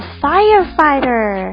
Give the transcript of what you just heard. firefighter